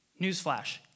Newsflash